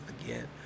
again